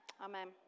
Amen